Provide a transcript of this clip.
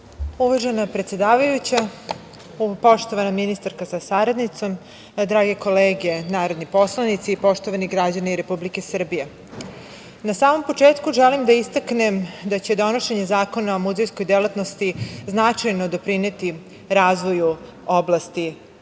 Uvažena predsedavajuća, poštovana ministarka sa saradnicom, drage kolege narodni poslanici, poštovani građani Republike Srbije na samom početku želim da istaknem da će donošenje Zakona o muzejskoj delatnosti značajno doprineti razvoju ove oblasti,